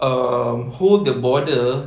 um hold the border